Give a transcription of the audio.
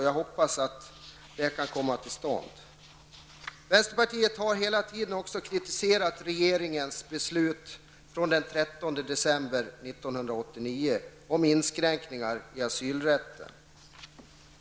Jag hoppas att detta skydd kan komma till stånd. Vänsterpartiet har hela tiden varit kritisk mot regeringens beslut från den 13 december 1989 om inskränkningar i asylrätten.